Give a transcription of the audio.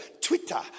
Twitter